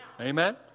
Amen